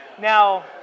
Now